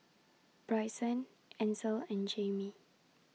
Brycen Ansel and Jamey